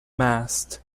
mast